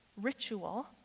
ritual